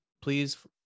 please